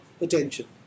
attention